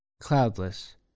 Cloudless